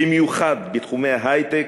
במיוחד בתחומי ההיי-טק,